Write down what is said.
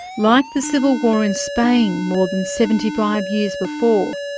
like the civil war in spain more than seventy five years before,